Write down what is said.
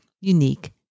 unique